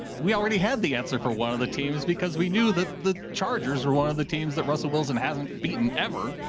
we already had the answer for one of the teams because we knew that the chargers are one of the teams that russell wilson hasn't beaten ever.